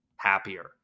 happier